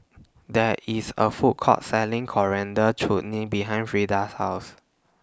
There IS A Food Court Selling Coriander Chutney behind Freida's House